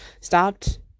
stopped